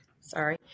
Sorry